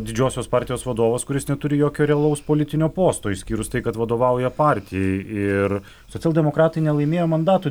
didžiosios partijos vadovas kuris neturi jokio realaus politinio posto išskyrus tai kad vadovauja partijai ir socialdemokratai nelaimėjo mandatų